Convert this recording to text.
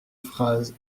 phrase